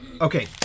Okay